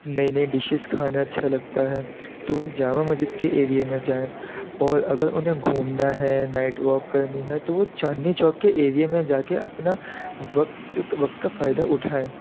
نئی نئی ڈشیز کھانا اچھا لگتا ہے تو وہ جامع مسجد کے ایریے میں جائیں اور اگر انہیں گھومنا ہے نائٹ واک کرنی ہے تو وہ چاندنی چوک کے ایریے میں جا کے اپنا وقت وقت کا فائدہ اٹھائیں